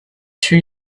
two